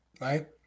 right